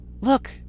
look